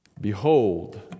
Behold